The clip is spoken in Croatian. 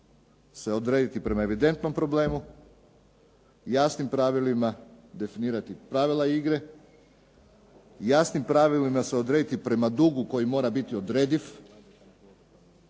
se odrediti prema evidentnom problemu, jasnim pravilima definirati pravila igre, jasnim pravilima se odrediti prema dugu koji mora biti odrediv,